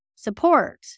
support